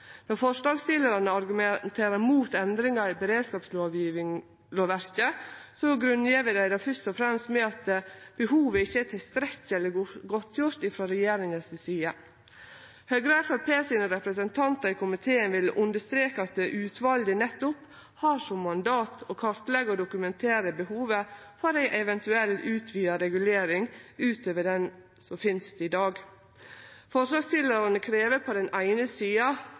Når forslagsstillarane argumenterer mot endringar i beredskapslovverket, grunngjev dei det først og fremst med at behovet ikkje er tilstrekkeleg godtgjort frå regjeringa si side. Høgre og Framstegspartiet sine representantar i komiteen vil understreke at utvalet nettopp har som mandat å kartleggje og dokumentere behovet for ei eventuell utvida regulering utover den som finst i dag. Forslagsstillarane krev på den eine sida